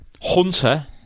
Hunter